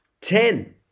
ten